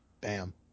Bam